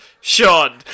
Sean